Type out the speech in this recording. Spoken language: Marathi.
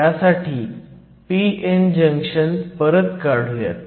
त्यासाठी p n जंक्शन परत काढुयात